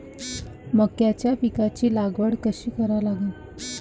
मक्याच्या पिकाची लागवड कशी करा लागन?